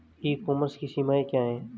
ई commerce की सीमाएं क्या हैं?